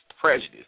prejudice